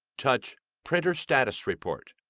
touch printer status report.